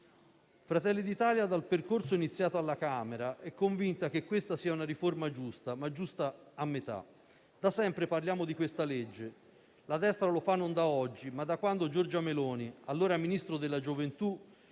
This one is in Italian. Fratelli d'Italia dal percorso iniziato alla Camera è convinta che questa sia una riforma giusta a metà. Da sempre parliamo di questa legge. La destra lo fa non da oggi, ma da quando Giorgia Meloni, allora Ministro della gioventù,